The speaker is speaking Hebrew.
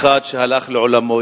אחד שהלך לעולמו,